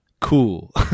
cool